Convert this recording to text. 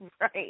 Right